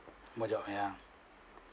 what your ha~